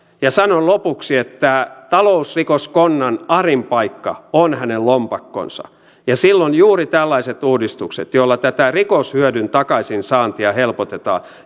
sanon lopuksi että talousrikoskonnan arin paikka on hänen lompakkonsa silloin juuri tällaiset uudistukset joilla tätä rikoshyödyn takaisinsaantia helpotetaan